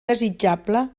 desitjable